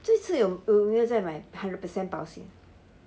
这次有没有再买 hundred percent 保险